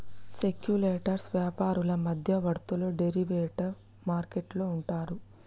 speculators వ్యాపారులు మధ్యవర్తులు derivative market లో ఉంటారు